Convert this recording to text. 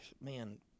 Man